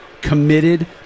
committed